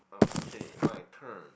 okay my turn